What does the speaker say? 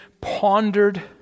pondered